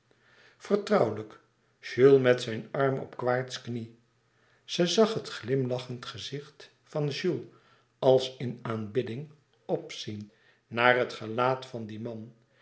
vertrouwelijk jules met zijn arm op quaerts knie ze zag het glimlachend gezicht van jules als in aanbidding opzien naar het gelaat van dien man